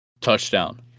touchdown